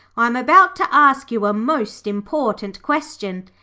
i am about to ask you a most important question.